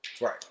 right